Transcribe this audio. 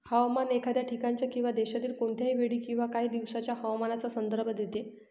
हवामान एखाद्या ठिकाणाच्या किंवा देशातील कोणत्याही वेळी किंवा काही दिवसांच्या हवामानाचा संदर्भ देते